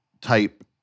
type